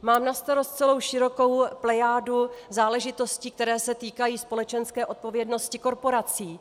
Mám na starost celou širokou plejádu záležitostí, které se týkají společenské odpovědnosti korporací.